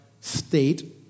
state